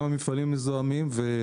גם ממפעלים מזוהמים אבל